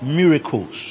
miracles